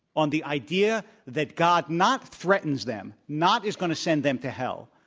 on the idea that god not threatens them, not is going to send them to hell,